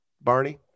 Barney